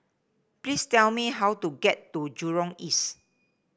please tell me how to get to Jurong East